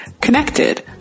connected